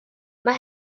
mae